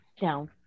Down